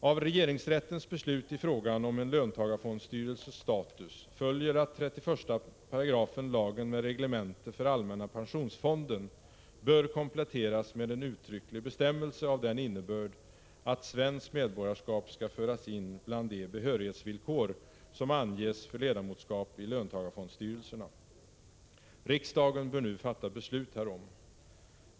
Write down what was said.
Av regeringsrättens beslut i frågan om en löntagarfondstyrelses status följer att 31 § lagen med reglemente för allmänna pensionsfonden bör kompletteras med en uttrycklig bestämmelse av den innebörd att svenskt medborgarskap skall föras in bland de behörighetsvillkor som anges för ledamotskap i löntagarfondstyrelserna. Riksdagen bör nu fatta beslut härom.